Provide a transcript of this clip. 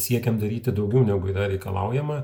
siekiam daryti daugiau negu yra reikalaujama